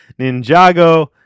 ninjago